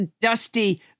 dusty